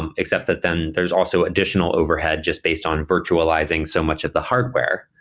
and except that then there's also additional overhead just based on virtualizing so much of the hardware.